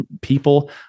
people